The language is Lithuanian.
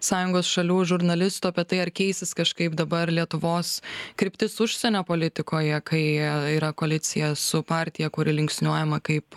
sąjungos šalių žurnalistų apie tai ar keisis kažkaip dabar lietuvos kryptis užsienio politikoje kai yra koalicija su partija kuri linksniuojama kaip